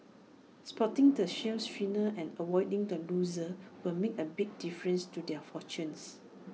spotting the shale winners and avoiding the losers will make an big difference to their fortunes